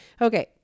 Okay